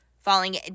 falling